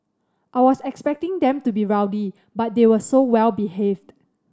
I was expecting them to be rowdy but they were so well behaved